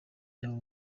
y’aba